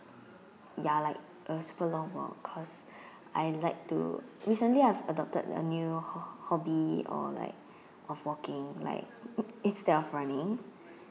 ya like a super long walk cause I like to recently I've adopted a new ho~ hobby or like of walking like instead of running